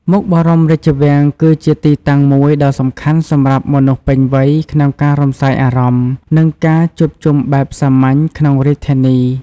មុខបរមរាជវាំង គឺជាទីតាំងមួយដ៏សំខាន់សម្រាប់មនុស្សពេញវ័យក្នុងការរំសាយអារម្មណ៍ និងការជួបជុំបែបសាមញ្ញក្នុងរាជធានី។